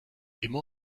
immer